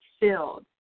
filled